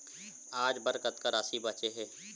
आज बर कतका राशि बचे हे?